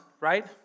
right